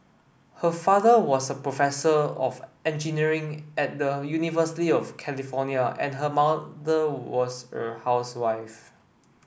her father was a professor of engineering at the University of California and her mother was a housewife